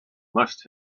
must